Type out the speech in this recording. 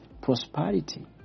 prosperity